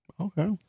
okay